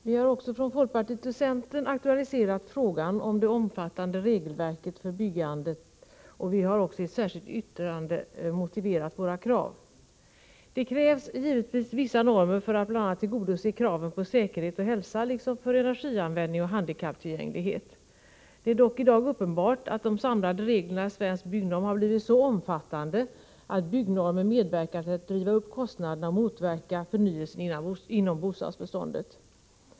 Herr talman! Folkpartiet och centern har också aktualiserat frågan om det omfattande regelverket för byggandet, och vi har i ett särskilt yttrande motiverat våra krav. Det fordras givetvis vissa normer för att bl.a. tillgodose kraven när det gäller säkerhet och hälsa liksom normer för energianvändning och handikapptillgänglighet. Det är dock i dag uppenbart att de samlade reglerna i Svensk byggnorm har blivit så omfattande att byggnormen medverkar till att driva upp kostnaderna och motverkar förnyelse inom bostadsbeståndet.